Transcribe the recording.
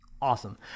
Awesome